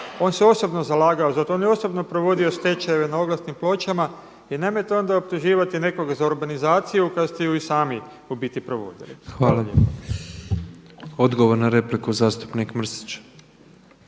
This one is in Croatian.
on se osobno zalagao za to, on je osobno provodio stečajeve na oglasnim pločama i nemojte onda optuživati za urbanizaciju kad ste ju i sami u biti provodili. **Petrov, Božo (MOST)** Hvala lijepo. Odgovor na repliku zastupnik Mrsić.